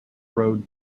road